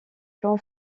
plans